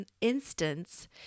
instance